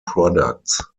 products